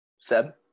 Seb